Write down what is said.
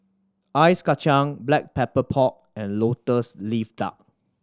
ice kacang Black Pepper Pork and Lotus Leaf Duck